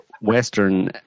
Western